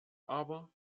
aber